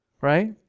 Right